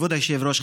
כבוד היושב-ראש,